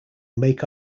make